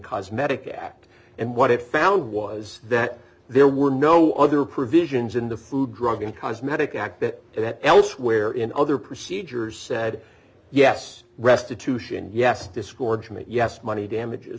cosmetic act and what it found was that there were no other provisions in the food drug and cosmetic act that elsewhere in other procedures said yes restitution yes discord yes money damages